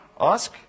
ask